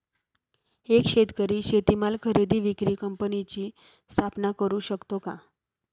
एक शेतकरी शेतीमाल खरेदी विक्री कंपनीची स्थापना करु शकतो का?